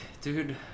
dude